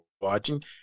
watching